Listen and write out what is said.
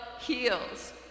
heals